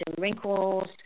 wrinkles